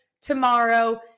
tomorrow